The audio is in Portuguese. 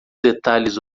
detalhes